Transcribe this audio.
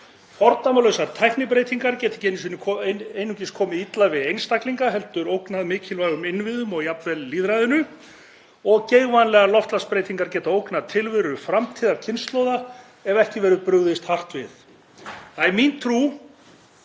Fordæmalausar tæknibreytingar geta ekki einungis komið illa við einstaklinga heldur ógnað mikilvægum innviðum og jafnvel lýðræðinu og geigvænlegar loftslagsbreytingar geta ógnað tilveru framtíðarkynslóða ef ekki verður brugðist hart við. Það er mín trú